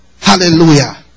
Hallelujah